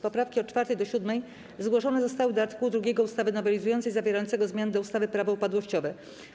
Poprawki od 4. do 7. zgłoszone zostały do art. 2 ustawy nowelizującej zawierającego zmiany do ustawy - Prawo upadłościowe.